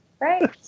Right